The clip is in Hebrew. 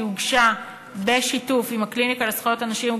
היא הוכנה בשיתוף הקליניקה לזכויות אנשים עם